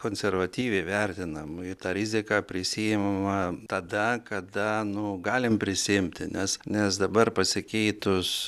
konservatyviai vertinam ir tą riziką prisiimama tada kada nu galim prisiimti nes nes dabar pasikeitus